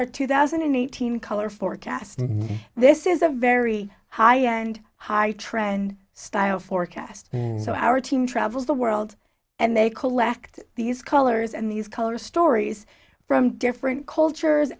our two thousand and eighteen color forecast this is a very high and high trend style forecast so our team travels the world and they collect these colors and these color stories from different cultures